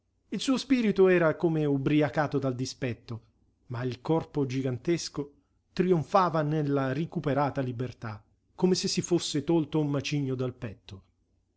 il suo spirito era come ubriacato dal dispetto ma il corpo gigantesco trionfava nella ricuperata libertà come se si fosse tolto un macigno dal petto